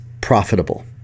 profitable